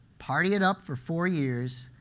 party it up for four years,